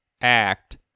act